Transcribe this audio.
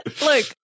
look